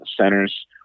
centers